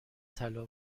طلا